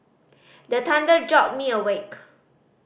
the thunder jolt me awake